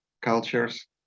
cultures